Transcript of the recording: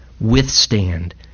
withstand